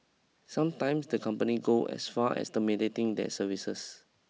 sometimes the company go as far as the terminating their service